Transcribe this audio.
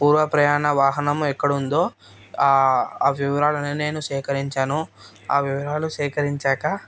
పూర్వ ప్రయాణ వాహనం ఎక్కడ ఉందో ఆ ఆ వివరాలను నేను సేకరించాను ఆ వివరాలు సేకరించాక